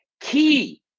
Key